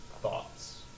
thoughts